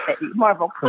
Marvel